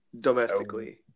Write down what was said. domestically